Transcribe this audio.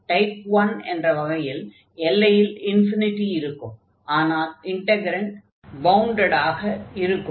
type 1 என்ற வகையில் எல்லையில் இருக்கும் ஆனால் இன்டக்ரன்ட் பவுண்டட் ஆக இருக்கும்